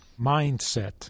mindset